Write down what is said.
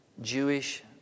Jewish